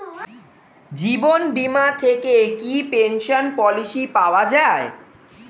জীবন বীমা থেকে কি পেনশন পলিসি পাওয়া যায়?